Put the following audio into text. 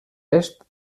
est